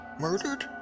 Murdered